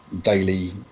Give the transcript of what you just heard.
daily